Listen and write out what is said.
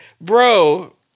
Bro